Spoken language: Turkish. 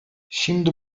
şimdi